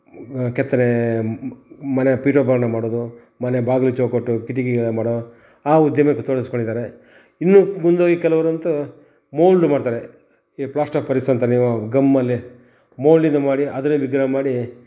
ಕೆತ್ತನೆ ಮನೆಯ ಪೀಠೋಪಕರಣ ಮಾಡೋದು ಮನೆಯ ಬಾಗಿಲು ಚೌಕಟ್ಟು ಕಿಟಕಿಗಳನ್ನ ಮಾಡೋ ಆ ಉದ್ಯಮಕ್ಕೆ ತೊಡಗಿಸ್ಕೊಂಡಿದ್ದಾರೆ ಇನ್ನೂ ಮುಂದೋಗಿ ಕೆಲವರಂತು ಮೋಲ್ಡ್ ಮಾಡ್ತಾರೆ ಈ ಪ್ಲಾಸ್ಟರ್ ಆಫ್ ಪ್ಯಾರಿಸ್ ಅಂತ ನೀವು ಗಮ್ಮಲ್ಲಿ ಮೋಲ್ಡಿದು ಮಾಡಿ ಅದರ ವಿಗ್ರಹ ಮಾಡಿ